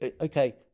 okay